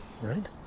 right